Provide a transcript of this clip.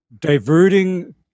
diverting